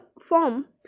form